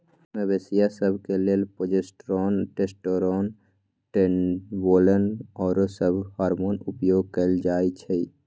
मवेशिय सभ के लेल प्रोजेस्टेरोन, टेस्टोस्टेरोन, ट्रेनबोलोन आउरो सभ हार्मोन उपयोग कयल जाइ छइ